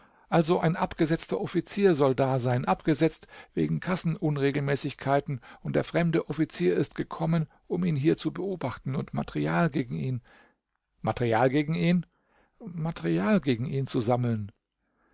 also ein abgesetzter offizier soll da sein abgesetzt wegen kassaunregelmäßigkeiten und der fremde offizier ist gekommen um ihn hier zu beobachten und material gegen ihn material gegen ihn material gegen ihn zu sammeln